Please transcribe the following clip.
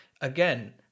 Again